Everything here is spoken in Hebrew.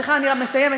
סליחה, אני רק מסיימת.